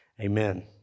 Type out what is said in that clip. Amen